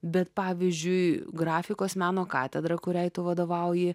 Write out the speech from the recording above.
bet pavyzdžiui grafikos meno katedra kuriai tu vadovauji